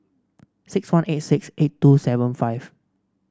six one eight six eight two five seven